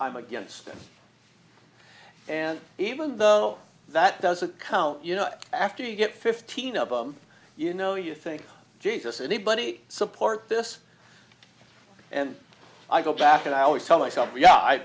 i'm against it and even though that doesn't count you know after you get fifteen of them you know you think jesus anybody support this and i go back and i always tell myself yeah